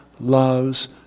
loves